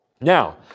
Now